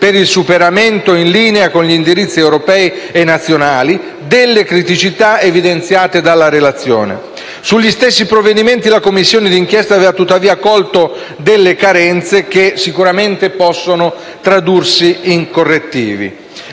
per il superamento - in linea con gli indirizzi europei e nazionali - delle criticità evidenziate nella relazione. Sugli stessi provvedimenti la Commissione d'inchiesta aveva, tuttavia, colto delle carenze che sicuramente possono tradursi in correttivi.